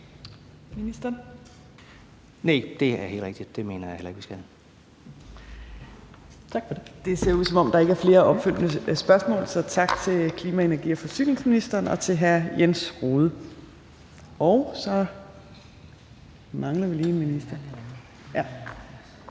Det ser ud, som om der ikke er flere opfølgende spørgsmål. Så tak til klima-, energi- og forsyningsministeren, og tak til hr. Jens Rohde. Det gik lidt stærkt